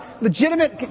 legitimate